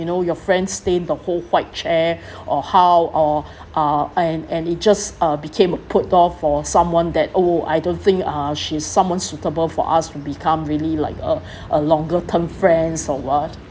you know your friend stained the whole white chair or how or uh and and it just uh became a put off for someone that oh I don't think uh she's someone suitable for us to become really like uh a longer term friends or [what]